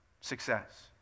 success